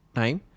time